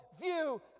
view